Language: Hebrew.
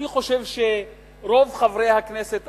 אני חושב שרוב חברי הכנסת,